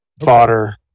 fodder